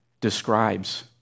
describes